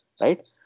right